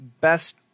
best